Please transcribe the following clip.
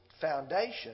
foundation